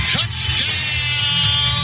Touchdown